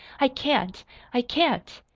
i can't i can't!